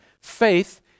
Faith